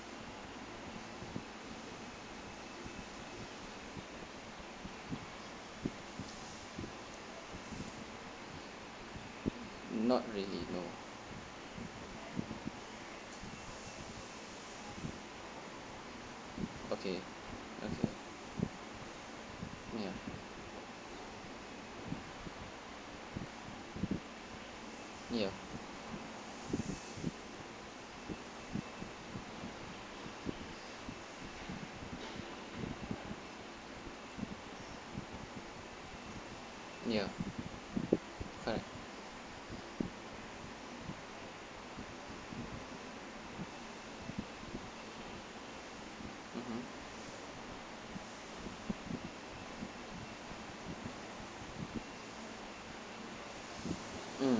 not really no okay okay ya ya ya right mmhmm mm